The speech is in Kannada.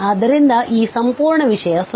ಆದ್ದರಿಂದ ಆ ಸಂಪೂರ್ಣ ವಿಷಯ 0